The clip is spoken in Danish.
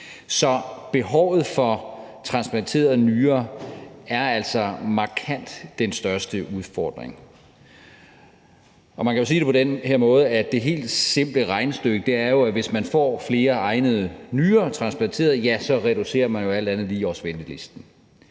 Så behovet for transplanterede nyrer er altså markant den største udfordring, og man kan jo sige det på den her måde, at det helt simple regnestykke er, at hvis man får flere egnede nyrer transplanteret, reducerer man alt andet lige også ventelisten.